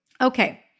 Okay